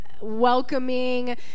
welcoming